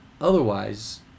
Otherwise